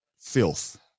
Filth